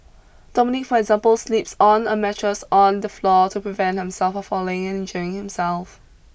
Dominic for example sleeps on a mattress on the floor to prevent himself from falling and injuring himself